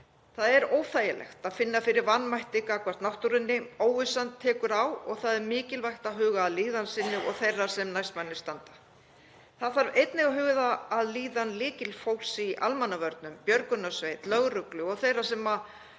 Það er óþægilegt að finna fyrir vanmætti gagnvart náttúrunni, óvissan tekur á og það er mikilvægt að huga að líðan sinni og þeirra sem næst manni standa. Það þarf einnig að huga að líðan lykilfólks í almannavörnum; björgunarsveitar, lögreglu og þeirra sem